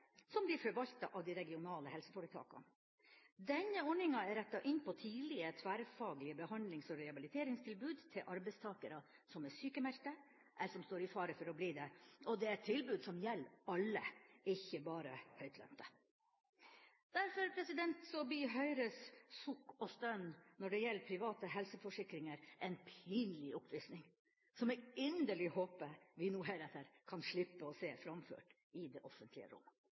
som blir forvaltet av de regionale helseforetakene. Denne ordningen er rettet inn mot tidlige, tverrfaglige behandlings- og rehabiliteringstilbud til arbeidstakere som er sykemeldte, eller som står i fare for å bli det, og det er et tilbud som gjelder alle, ikke bare høytlønte. Derfor blir Høyres sukk og stønn når det gjelder private helseforsikringer, en pinlig oppvisning som jeg inderlig håper vi nå heretter kan slippe å se framført i det offentlige